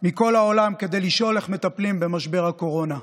מכל העולם כדי לשאול איך מטפלים במשבר הקורונה.